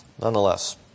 nonetheless